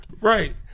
Right